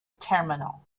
terminal